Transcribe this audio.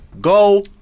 go